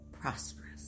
prosperous